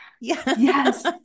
Yes